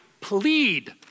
plead